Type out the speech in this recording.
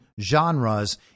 genres